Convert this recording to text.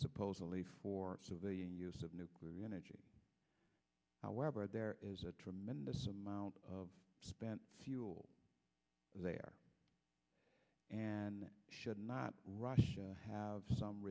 supposedly for civilian use of nuclear energy however there is a tremendous amount of spent fuel there and should not russia have some